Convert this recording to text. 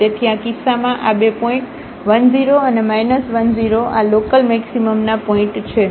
તેથી આ કિસ્સામાં આ બે પોઇન્ટ 10 અને 10 આ લોકલમેક્સિમમના પોઇન્ટ છે